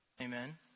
Amen